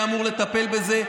היה אמור לטפל בזה,